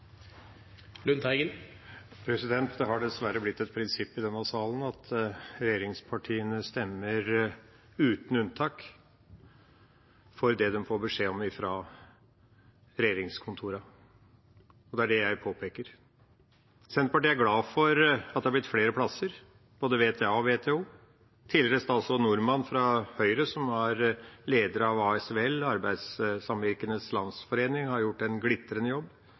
Lundteigen, med sin henvisning til Schjøtt-Pedersen, kanskje hadde en annen opplevelse da han satt i posisjon. Det har dessverre blitt et prinsipp i denne salen at regjeringspartiene stemmer – uten unntak – for det de får beskjed om fra regjeringskontorene, og det er det jeg påpeker. Senterpartiet er glad for at det er blitt flere plasser, både VTA og VTO. Tidligere statsråd Norman fra Høyre, som var styreleder i ASVL, Arbeidssamvirkenes